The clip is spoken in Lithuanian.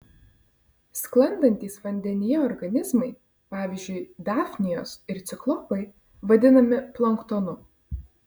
sklandantys vandenyje organizmai pavyzdžiui dafnijos ir ciklopai vadinami planktonu